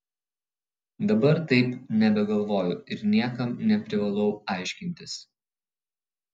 dabar taip nebegalvoju ir niekam neprivalau aiškintis